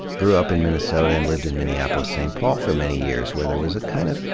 grew up in minnesota and lived in minneapolis-st. paul for many years, where there was a kind of,